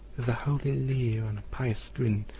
with a holy leer and a pious grin,